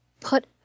put